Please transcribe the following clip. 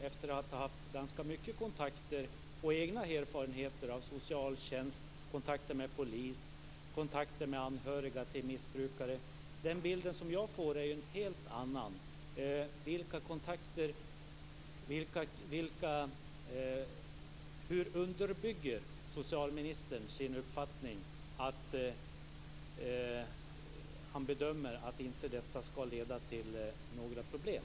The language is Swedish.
Efter att ha haft ganska många egna erfarenheter av socialtjänst och kontakter med polis och anhöriga till missbrukare kan jag säga att den bild jag får är en helt annan. Hur underbygger socialministern sin bedömning att detta inte ska leda till några problem?